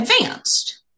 advanced